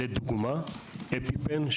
לדוגמה מזרק אפיפן,